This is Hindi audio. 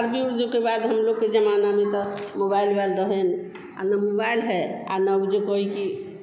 शादी ऊदी के बाद हम लोग के ज़माना में तो मोबाइल उबाइल रहे न और् ना मोबाइल है और ना वो जो कोई की